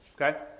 Okay